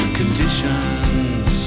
conditions